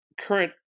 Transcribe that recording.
current